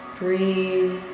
Breathe